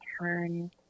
turn